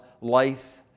life